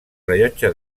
rellotge